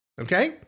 Okay